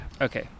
Okay